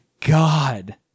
god